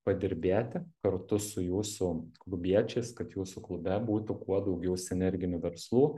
padirbėti kartu su jūsų klubiečiais kad jūsų klube būtų kuo daugiau sinerginių verslų